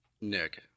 Nick